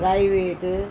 private